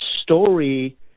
story